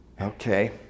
Okay